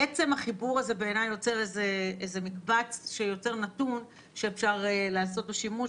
עצם החיבור הזה בעיני יוצר מקבץ שיוצר נתון שאפשר לעשות בו שימוש,